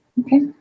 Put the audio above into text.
Okay